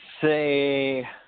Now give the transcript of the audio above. say